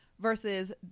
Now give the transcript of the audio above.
versus